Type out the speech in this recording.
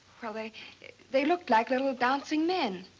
well they. they looked like little dancing men.